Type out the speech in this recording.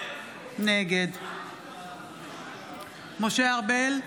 נגד משה ארבל,